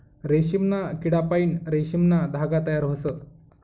रेशीमना किडापाईन रेशीमना धागा तयार व्हस